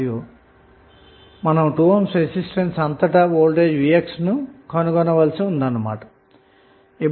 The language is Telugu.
మరియు మనం 2 ohm రెసిస్టెన్స్ అంతటా వోల్టేజ్ vx ను కనుగొనవలసి ఉంది